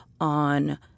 on